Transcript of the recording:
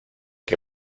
que